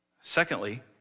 Secondly